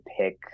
pick